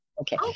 Okay